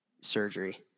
surgery